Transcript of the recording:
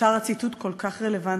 נותר הציטוט כל כך רלוונטי.